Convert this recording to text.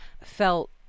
felt